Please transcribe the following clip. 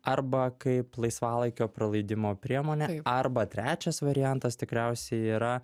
arba kaip laisvalaikio praleidimo priemonę arba trečias variantas tikriausiai yra